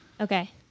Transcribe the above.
Okay